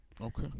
Okay